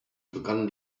begannen